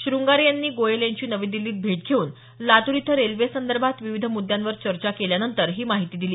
शृंगारे यांनी गोयल यांची नवी दिल्लीत भेट घेऊन लातूर इथं रेल्वे संदर्भात विविध मुद्यांवर चर्चा केल्यानंतर ही माहिती दिली